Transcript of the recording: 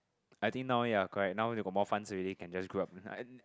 I think now ya correct now they got more funs already can just grow up I